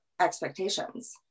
expectations